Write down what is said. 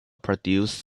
produced